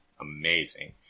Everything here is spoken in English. amazing